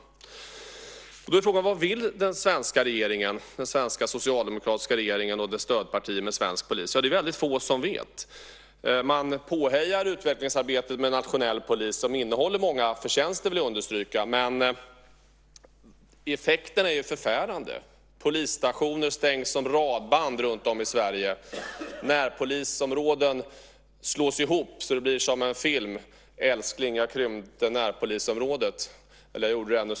Då är frågan: Vad vill den svenska socialdemokratiska regeringen och dess stödpartier med svensk polis? Det är det väldigt få som vet. Man påhejar utvecklingsarbetet med nationell polis - som innehåller många förtjänster, vill jag understryka - men effekterna är ju förfärande. Polisstationer stängs som radband runtom i Sverige. Närpolisområden slås ihop så att det blir som en film: Älskling, jag förstorade närpolisområdet.